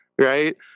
Right